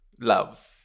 love